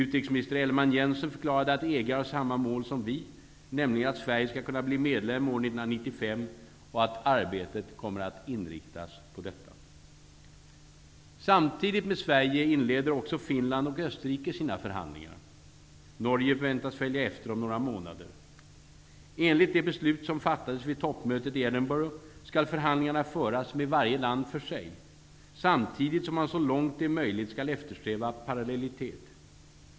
Utrikesminister Elleman-Jensen förklarade att EG har samma mål som vi, nämligen att Sverige skall kunna bli medlem år 1995 och att arbetet kommer att inriktas på detta. Samtidigt med Sverige inleder också Finland och Österrike sina förhandlingar. Norge väntas följa efter om några månader. Enligt det beslut som fattades vid toppmötet i Edinburgh skall förhandlingarna föras med varje land för sig, samtidigt som man så långt det är möjligt skall eftersträva parallellitet.